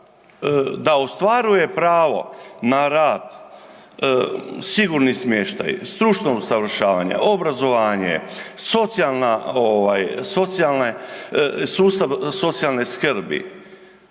da ostvaruje pravo na rad, sigurni smještaj, stručno usavršavanje, obrazovanje, socijalna ovaj